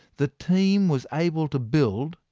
the team was able to build,